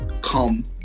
come